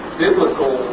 biblical